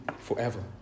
forever